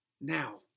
now